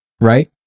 right